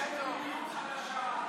יש מדיניות חדשה,